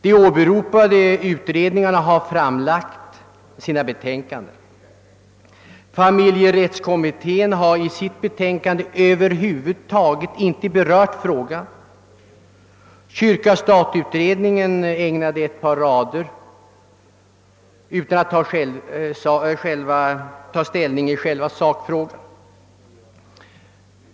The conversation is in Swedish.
De åberopade utredningarna har lagt fram sina betänkanden. Familjerättskommittén har över huvud taget inte berört frågan. Kyrka—Sstat-utredningen ägnade den ett par rader utan att ta ställning i själva sakfrågan.